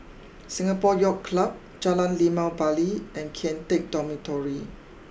Singapore Yacht Club Jalan Limau Bali and Kian Teck Dormitory